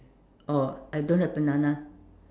oh I don't have banana